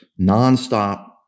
nonstop